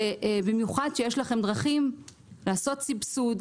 במיוחד כשיש לכם דרכים לעשות סבסוד,